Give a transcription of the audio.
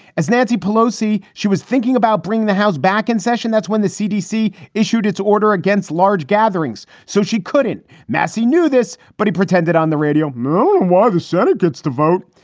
as nancy pelosi, she was thinking about bringing the house back in session. that's when the cdc issued its order against large gatherings. so she couldn't. massy knew this. but he pretended on the radio. moon why the senate gets to vote.